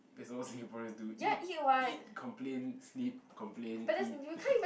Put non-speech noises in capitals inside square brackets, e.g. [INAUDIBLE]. that's all Singaporeans do eat eat complain sleep complain eat [NOISE]